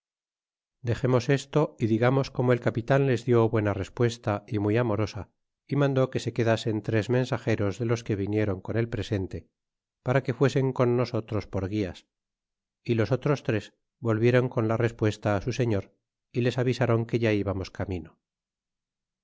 dexemos esto y ligamos como el capilan les lió buena respuesta y muy amorosa y mandó que se quedasen tres mensageros de los que vinieron con el presente para que fuesen con nosotros por gulas y los otros tres volvieron con la respuesta á su señor y les avisaron que ya íbamos camino